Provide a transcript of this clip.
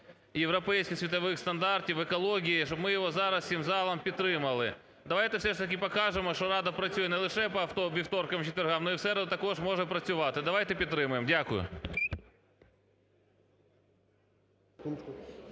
європейських світових стандартів екології, щоб ми його зараз всім залом підтримали. Давайте все ж таки покажемо, що Рада працює не лише по вівторкам і четвергам, но і в середу також може працювати. Давайте підтримаємо. Дякую.